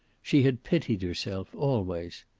she had pitied herself always.